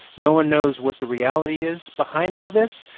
no one knows what the reality is behind all this.